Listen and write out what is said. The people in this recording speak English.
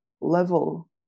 level